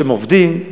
שהם עובדים,